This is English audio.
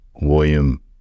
William